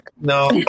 No